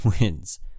wins